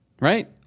Right